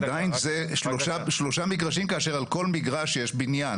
עדיין זה שלושה מגרשים כאשר על כל מגרש יש בניין.